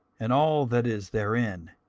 and all that is therein,